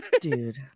Dude